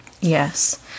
Yes